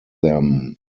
them